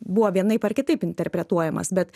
buvo vienaip ar kitaip interpretuojamas bet